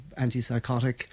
antipsychotic